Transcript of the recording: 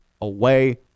away